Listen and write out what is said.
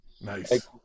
Nice